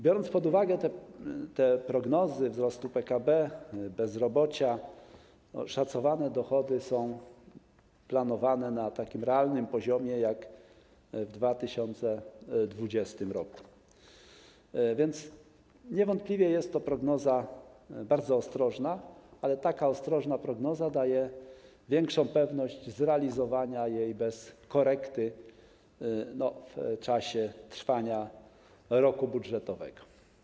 Biorąc pod uwagę te prognozy wzrostu PKB i bezrobocia, szacowane dochody są planowane na takim realnym poziomie jak w 2020 r., więc niewątpliwie jest to prognoza bardzo ostrożna, ale taka ostrożna prognoza daje większą pewność zrealizowania jej bez korekty w czasie trwania roku budżetowego.